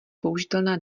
použitelná